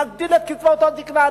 נגדיל את קצבאות הזיקנה,